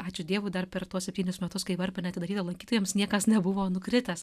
ačiū dievui dar per tuos septynis metus kai varpinė atidaryta lankytojams niekas nebuvo nukritęs